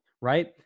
right